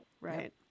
right